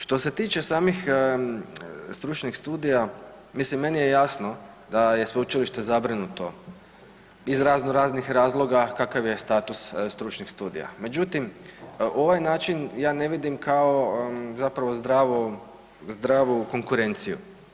Što se tiče samih stručnih studija, mislim meni je jasno da je sveučilište zabrinuto iz raznoraznih razloga kakav je status stručnih studija, međutim ovaj način ja ne vidim kao zapravo zdravu konkurenciju.